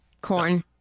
corn